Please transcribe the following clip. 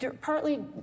partly